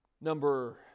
number